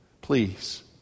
Please